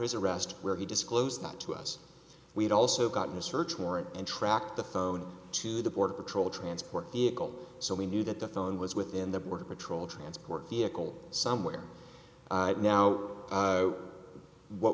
his arrest where he disclosed that to us we had also gotten a search warrant and tracked the phone to the border patrol transport vehicle so we knew that the phone was within the border patrol transport vehicle somewhere now what